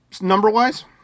number-wise